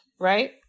right